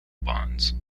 bonds